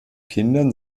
kindern